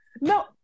No